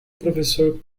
professor